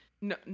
No